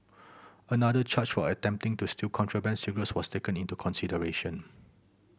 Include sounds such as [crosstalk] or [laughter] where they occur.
another charge for attempting to steal contraband cigarettes was taken into consideration [noise]